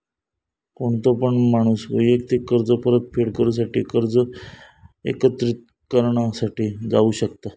कोणतो पण माणूस वैयक्तिक कर्ज परतफेड करूसाठी कर्ज एकत्रिकरणा साठी जाऊ शकता